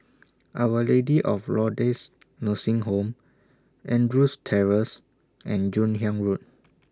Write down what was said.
Our Lady of Lourdes Nursing Home Andrews Terrace and Joon Hiang Road